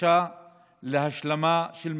בקשה להשלמה של מסמכים,